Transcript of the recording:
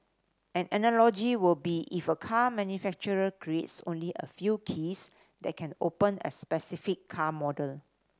an analogy will be if a car manufacturer creates only a few keys that can open a specific car model